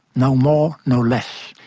no more, no less.